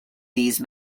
these